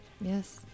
yes